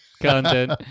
content